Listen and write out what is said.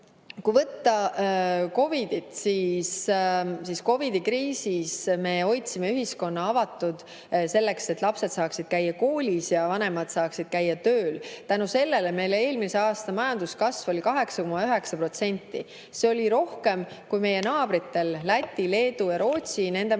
muidugi ei ole. COVID‑i kriisis me hoidsime ühiskonna avatuna selleks, et lapsed saaksid käia koolis ja vanemad saaksid käia tööl. Tänu sellele oli meie eelmise aasta majanduskasv 8,9%. See oli rohkem kui meie naabritel Lätil, Leedul ja Rootsil, nende majanduskasv